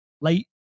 late